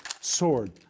sword